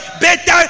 better